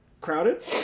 Crowded